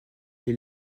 est